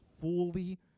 fully